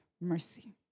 mercy